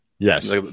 Yes